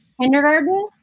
kindergarten